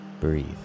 Breathe